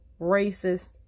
racist